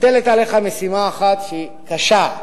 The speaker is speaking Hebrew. מוטלת עליך משימה אחת שהיא קשה.